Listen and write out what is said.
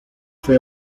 fue